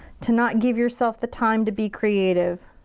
to not give yourself the time to be creative.